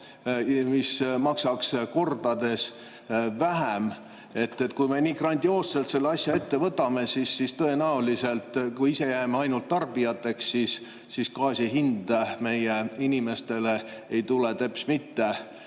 mis maksaks kordades vähem? Kui me nii grandioosselt selle asja ette võtame, siis tõenäoliselt, kui ainult me ise jääme tarbijateks, gaasi hind meie inimestele ei tule teps mitte